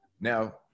Now